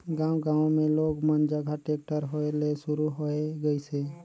गांव गांव मे लोग मन जघा टेक्टर होय ले सुरू होये गइसे